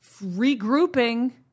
regrouping